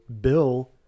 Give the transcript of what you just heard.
bill